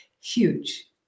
Huge